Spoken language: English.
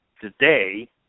today